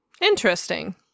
Interesting